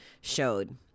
showed